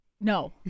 No